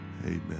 Amen